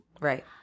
Right